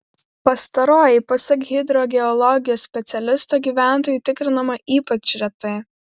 pastaroji pasak hidrogeologijos specialisto gyventojų tikrinama ypač retai